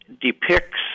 depicts